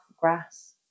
grass